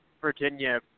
Virginia